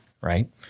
right